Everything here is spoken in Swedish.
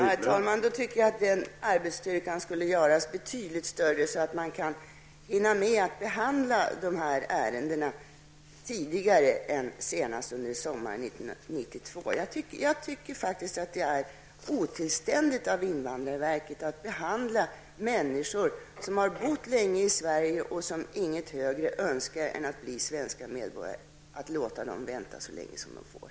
Herr talman! Då tycker jag att den extra styrkan skulle göras betydligt större, så att man kunde hinna med att behandla de ärenden som väntar tidigare än senast under sommaren 1992. Jag tycker faktiskt att det är otillständigt av invandrarverket att på det här sättet behandla människor som har bott länge i Sverige och som inget högre önskar än att bli svenska medborgare. Det är otillständigt att låta dem vänta så länge som de får!